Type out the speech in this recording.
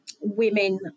women